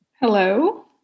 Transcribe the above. Hello